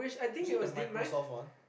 is it the Microsoft one